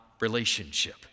relationship